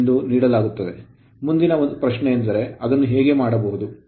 10 ಎಂದು ನೀಡಲಾಗುತ್ತದೆ ಮುಂದಿನ ಪ್ರಶ್ನೆ ಎಂದರೆ ಅದನ್ನು ಹೇಗೆ ಮಾಡಬಹುದು